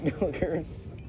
milkers